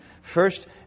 First